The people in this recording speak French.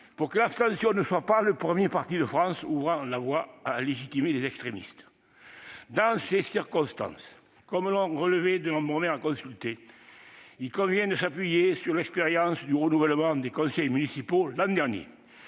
pour que l'abstention ne soit pas le premier parti de France, ouvrant la voie à une légitimation des extrémistes ! Dans ces circonstances, comme l'ont relevé de nombreux maires consultés, il convient de s'appuyer sur l'expérience du renouvellement des conseils municipaux l'année dernière.